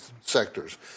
sectors